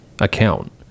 account